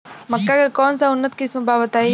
मक्का के कौन सा उन्नत किस्म बा बताई?